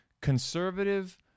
conservative